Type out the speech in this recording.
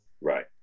right